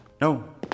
No